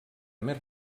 més